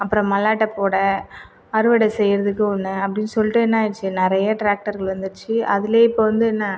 அப்புறம் மல்லாட்டை போட அறுவடை செய்கிறதுக்கு ஒன்று அப்படின்னு சொல்லிட்டு என்ன ஆகிடுச்சு நிறைய டிராக்டர்கள் வந்துருச்சு அதில் இப்போது வந்து என்னா